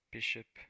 Bishop